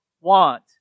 want